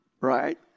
Right